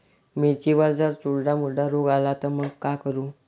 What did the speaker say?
मिर्चीवर जर चुर्डा मुर्डा रोग आला त मंग का करू?